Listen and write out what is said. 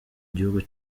gihugu